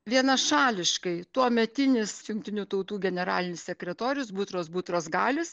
vienašališkai tuometinis jungtinių tautų generalinis sekretorius butros butrosgalis